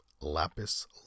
Lapis